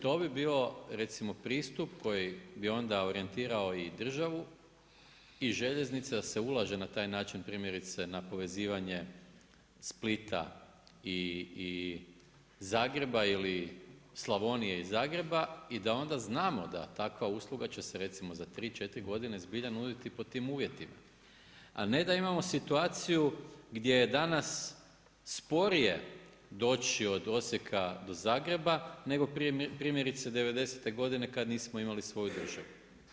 To bi bio recimo pristup koji bi onda orijentirao i državu i željeznice da se ulaže na taj način primjerice na povezivanje Splita i Zagreba ili Slavonije i Zagreba i da onda znamo da takva usluga će se recimo za 3, 4 godine zbilja nuditi pod tim uvjetima a ne da imamo situaciju gdje je danas sporije doći od Osijeka do Zagreba nego primjerice '90. godine kad nismo imali svoju državu.